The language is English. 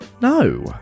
no